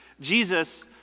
Jesus